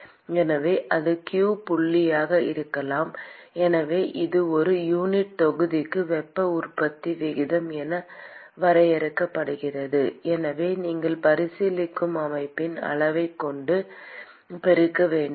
எனவே அது q புள்ளியாக இருக்கலாம் எனவே இது ஒரு யூனிட் தொகுதிக்கு வெப்ப உற்பத்தி விகிதம் என வரையறுக்கப்படுகிறது எனவே நீங்கள் பரிசீலிக்கும் அமைப்பின் அளவைக் கொண்டு பெருக்க வேண்டும்